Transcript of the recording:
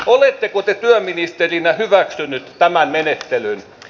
oletteko te työministerinä hyväksynyt tämän menettelyn